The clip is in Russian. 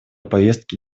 повестки